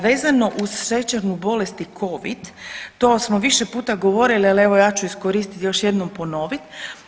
Vezano uz šećernu bolest i covid to smo više puta govorili, ali evo ja ću iskoristit i još jednom ponovit.